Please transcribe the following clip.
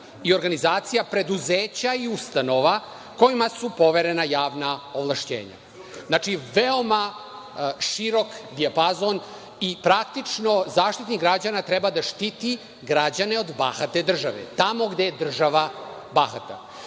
i organizacija, preduzeća i ustanova kojima su poverena javna ovlašćenja. Veoma širok dijapazon i praktično Zaštitnik građana treba da štiti građane od bahate države, tamo gde je država bahata,